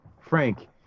Frank